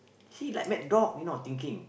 see like mad dog you know thinking